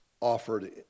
offered